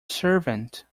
servant